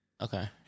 Okay